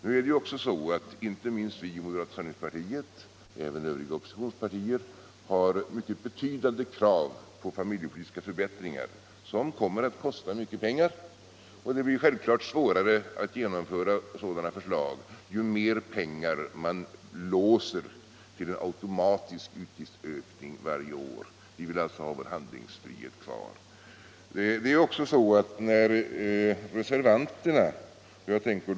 Vi i moderata samlingspartiet, liksom även övriga oppositionspartier, har betydande krav på familjepolitiska förbättringar som kommer att kosta mycket pengar. Det blir självklart svårare att genomföra sådana förslag ju mer pengar man låser till automatiska utgiftsökningar varje år. Vi vill ha handlingsfriheten kvar.